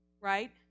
right